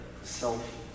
self